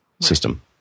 system